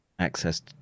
access